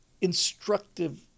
instructive